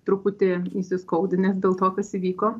truputį įsiskaudinęs dėl to kas įvyko